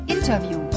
Interview